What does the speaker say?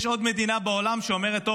יש עוד מדינה בעולם שאומרת: טוב,